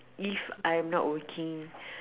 if I'm not working